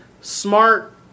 smart